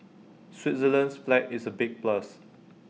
Switzerland's flag is A big plus